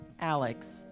Alex